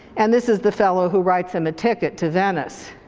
and this is the fellow who writes him a ticket to venice.